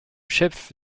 chef